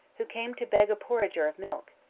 who came to beg a porringer of milk.